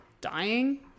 dying